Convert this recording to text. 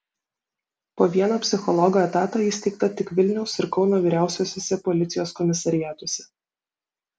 po vieną psichologo etatą įsteigta tik vilniaus ir kauno vyriausiuosiuose policijos komisariatuose